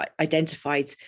identified